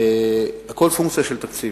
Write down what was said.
הכול פונקציה של תקציב.